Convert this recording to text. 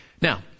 now